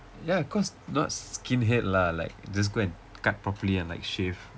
ya course not skin head lah like just go and cut properly and like shave